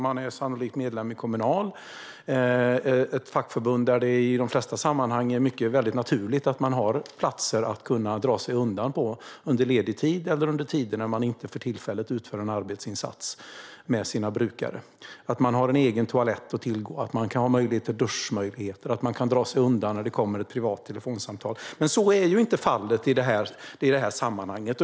Man är sannolikt medlem i Kommunal, ett fackförbund där det i de flesta sammanhang är naturligt att man har platser att kunna dra sig undan på under ledig tid eller då man för tillfället inte utför en arbetsinsats med sina brukare. Detta innefattar att man har en egen toalett att tillgå, att man har duschmöjligheter och att man kan dra sig undan när det kommer ett privat telefonsamtal. Men så är inte fallet i detta sammanhang.